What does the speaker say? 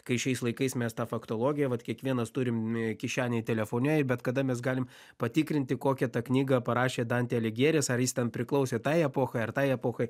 kai šiais laikais mes tą faktologiją vat kiekvienas turim kišenėj telefone ir bet kada mes galim patikrinti kokią tą knygą parašė dantė aligjeris ar jis ten priklausė tai epochai ar tai epochai